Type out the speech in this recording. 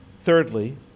Thirdly